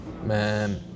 Man